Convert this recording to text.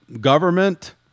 government